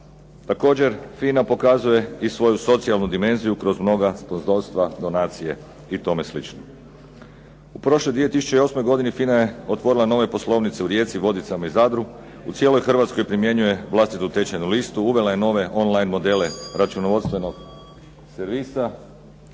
Također, FINA pokazuje i svoju socijalnu dimenziju kroz mnoga sponzorstva, donacije i tome slično. U prošloj 2008. godini FINA je otvorila nove poslovnice u Rijeci, Vodicama i Zadru, u cijeloj Hrvatskoj primjenjuje vlastitu tečajnu listu, uvela je nove on line modele računovodstvenog servisa,